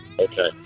okay